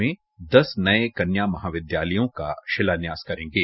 में दस नये कन्या महाविद्यालयों का शिलान्यास करेंगे